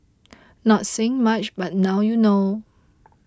not saying much but now you know